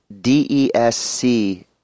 DESC